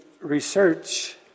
research